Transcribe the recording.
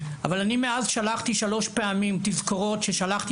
אבל אני מאז שלחתי שלוש פעמים תזכורות ששלחתי